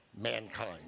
mankind